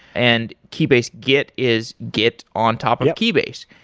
and keybase git is git on top of keybase.